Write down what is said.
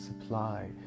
supply